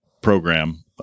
program